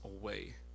away